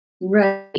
Right